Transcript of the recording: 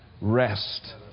rest